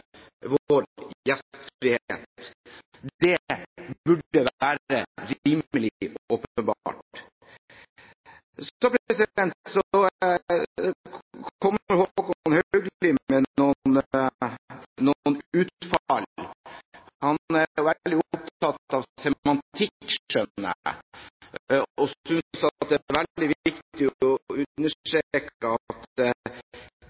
åpenbart. Så kommer Håkon Haugli med noen utfall. Han er veldig opptatt av semantikk, skjønner jeg, og synes det er veldig viktig